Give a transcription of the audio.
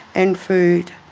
and food,